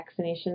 vaccinations